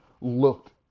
looked